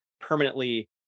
permanently